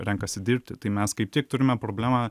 renkasi dirbti tai mes kaip tik turime problemą